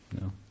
No